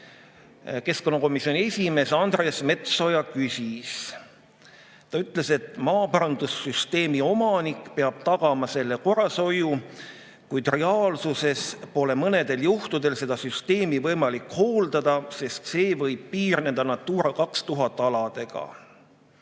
keskkonnakomisjoni esimees Andres Metsoja küsis. Ta ütles, et maaparandussüsteemi omanik peab tagama selle korrashoiu, kuid reaalsuses pole mõnedel juhtudel seda süsteemi võimalik hooldada, sest see võib piirneda Natura 2000 aladega.